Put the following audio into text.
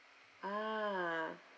ah